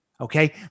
Okay